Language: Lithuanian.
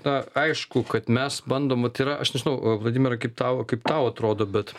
na aišku kad mes bandom vat yra aš nežinau vladimirai kaip tau kaip tau atrodo bet